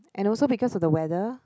and also because of the weather